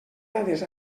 dades